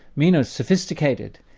meno's sophisticated,